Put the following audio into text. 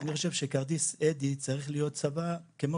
אני חושב שכרטיס אדי צריך להיות צוואה כמו